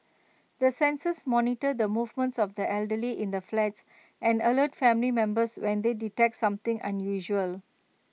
the sensors monitor the movements of the elderly in the flats and alert family members when they detect something unusual